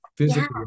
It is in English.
Physically